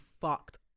fucked